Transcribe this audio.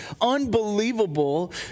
unbelievable